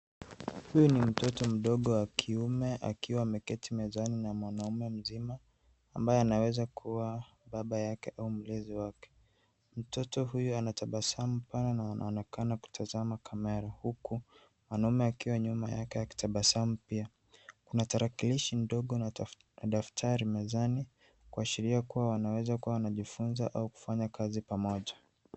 Huyu ni mtoto mdogo wa kiume akiwa ameketi mezani na mwanaume mzima ambaye anaweza kuwa baba yake ama mlezi wake. Mtoto huyu anatabasamu na anaonekana kutazama kamera huku mwanaume akiwa nyuma yake akitabasamu pia. Kuna tarakilishi ndogo na daftari mezani kuashiria kuwa anaweza kua anajifunza au kufanya kazi pamoja.